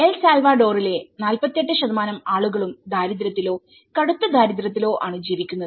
L സാൽവഡോറിലെ 48 ആളുകളും ദാരിദ്ര്യത്തിലോ കടുത്ത ദാരിദ്ര്യത്തിലോ ആണ് ജീവിക്കുന്നത്